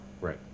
Right